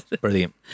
Brilliant